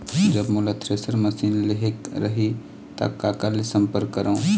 जब मोला thresher machine लेहेक रही ता काकर ले संपर्क करों?